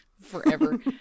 forever